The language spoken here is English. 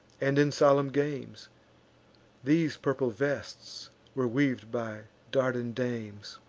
and in solemn games these purple vests were weav'd by dardan dames.